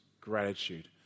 gratitude